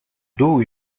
dos